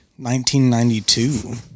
1992